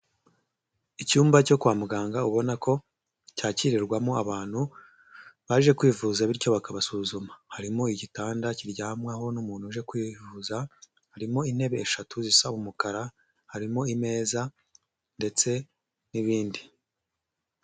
Icyumba cyo kwa muganga ubona ko cyakirirwamo abantu baje kwivuza bityo bakabasuzuma, harimo igitanda kiryamwaho n'umuntu uje kwivuza, harimo intebe eshatu zisa umukara, harimo imeza ndetse n'ibindi.